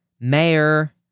Mayor